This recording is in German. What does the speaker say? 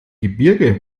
gebirge